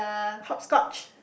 hopscotch